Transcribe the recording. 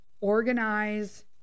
Organize